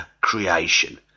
creation